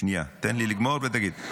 שנייה, תן לי לגמור, ותגיד.